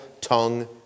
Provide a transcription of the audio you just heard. tongue